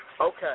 Okay